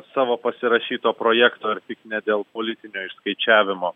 savo pasirašyto projekto ar tik ne dėl politinio išskaičiavimo